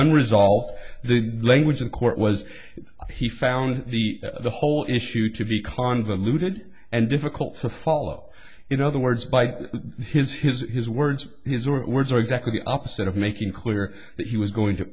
unresolved the language in court was he found the whole issue to be convoluted and difficult to follow in other words by his his his words his or her words are exactly the opposite of making clear that he was going to